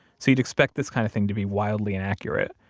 so you'd expect this kind of thing to be wildly inaccurate.